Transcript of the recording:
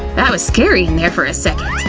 that was scary there, for a second!